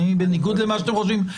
בניגוד למה שאתם חושבים,